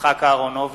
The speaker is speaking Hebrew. יצחק אהרונוביץ,